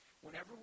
Whenever